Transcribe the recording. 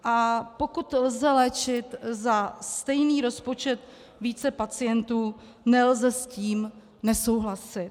A pokud lze léčit za stejný rozpočet více pacientů, nelze s tím nesouhlasit.